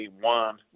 one